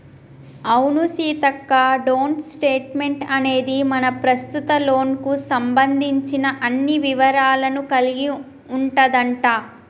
అవును సీతక్క డోంట్ స్టేట్మెంట్ అనేది మన ప్రస్తుత లోన్ కు సంబంధించిన అన్ని వివరాలను కలిగి ఉంటదంట